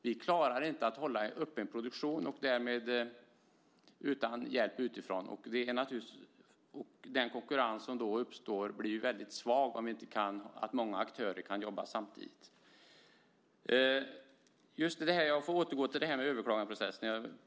Vi klarar inte att hålla uppe en produktion utan hjälp utifrån, och den konkurrens som då uppstår blir väldigt svag om inte många aktörer kan jobba samtidigt. Jag får återgå till överklagandeprocessen.